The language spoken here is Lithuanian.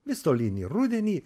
vis tolyn į rudenį